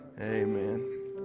Amen